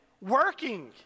working